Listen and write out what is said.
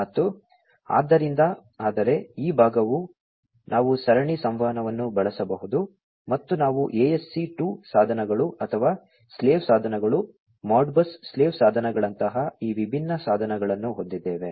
ಮತ್ತು ಆದ್ದರಿಂದ ಆದರೆ ಈ ಭಾಗವು ನಾವು ಸರಣಿ ಸಂವಹನವನ್ನು ಬಳಸಬಹುದು ಮತ್ತು ನಾವು ASC II ಸಾಧನಗಳು ಅಥವಾ ಸ್ಲೇವ್ ಸಾಧನಗಳು Modbus ಸ್ಲೇವ್ ಸಾಧನಗಳಂತಹ ಈ ವಿಭಿನ್ನ ಸಾಧನಗಳನ್ನು ಹೊಂದಿದ್ದೇವೆ